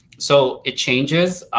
so it changes.